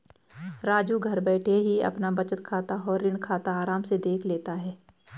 राजू घर बैठे ही अपना बचत खाता और ऋण खाता आराम से देख लेता है